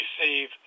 receive